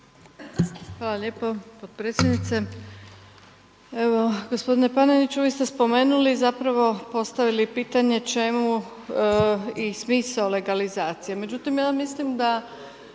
Hvala lijepo potpredsjednice. Evo gospodine Paneniću vi ste spomenuli, zapravo postavili pitanje čemu i smisao legalizacije.